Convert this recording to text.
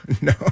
No